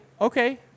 okay